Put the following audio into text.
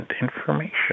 information